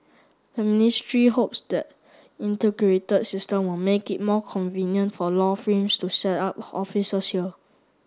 the ministry hopes that integrated system will make it more convenient for law frames to set up offices here